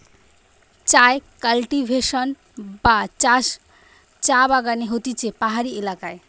চায় কাল্টিভেশন বা চাষ চা বাগানে হতিছে পাহাড়ি এলাকায়